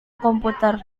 komputer